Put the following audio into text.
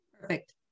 Perfect